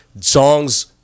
songs